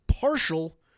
partial